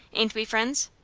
ain't we friends?